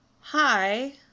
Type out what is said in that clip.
hi